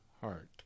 heart